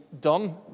done